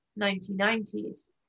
1990s